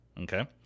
Okay